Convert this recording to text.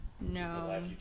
no